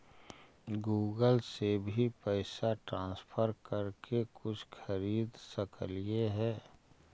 Google से भी पैसा ट्रांसफर कर के कुछ खरिद सकलिऐ हे?